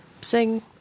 sing